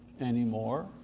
anymore